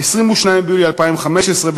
22 ביולי 2015,